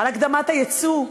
על הקדמת הייצוא,